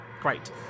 great